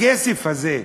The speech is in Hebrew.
הכסף הזה,